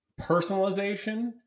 personalization